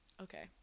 okay